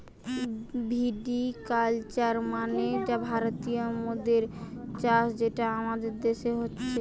ভিটি culture মানে ভারতীয় মদের চাষ যেটা আমাদের দেশে হচ্ছে